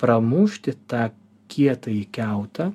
pramušti tą kietąjį kiautą